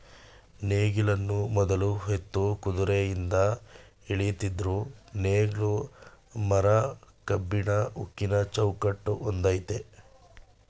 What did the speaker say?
ನೇಗಿಲನ್ನು ಮೊದ್ಲು ಎತ್ತು ಕುದ್ರೆಯಿಂದ ಎಳಿತಿದ್ರು ನೇಗ್ಲು ಮರ ಕಬ್ಬಿಣ ಉಕ್ಕಿನ ಚೌಕಟ್ ಹೊಂದಯ್ತೆ